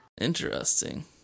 Interesting